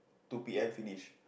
two P_M finish